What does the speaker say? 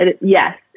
yes